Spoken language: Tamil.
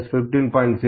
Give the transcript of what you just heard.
0515